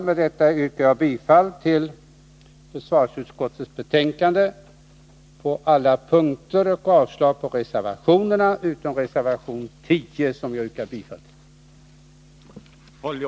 Med detta yrkar jag bifall till försvarsutskottets hemställan på alla punkter i dess betänkande nr 31 och avslag på reservationerna utom på reservation 10, som jag yrkar bifall till.